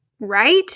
right